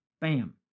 Bam